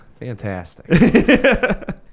fantastic